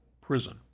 prison